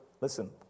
listen